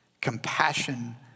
Compassion